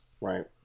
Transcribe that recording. Right